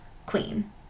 queen